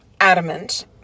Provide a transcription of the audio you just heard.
adamant